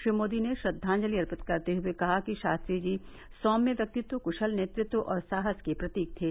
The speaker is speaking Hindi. श्री मोदी ने श्रद्वांजलि अर्पित करते हए कहा कि शास्त्री जी सौम्य व्यक्तित्व क्शल नेतृत्व और साहस के प्रतीक थे